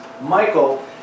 Michael